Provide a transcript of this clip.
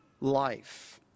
life